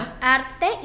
Arte